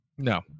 No